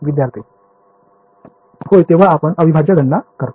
विद्यार्थी होय तेव्हा आपण अविभाज्य गणना करता